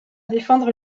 défendre